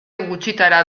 gutxitara